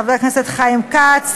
חיים כץ,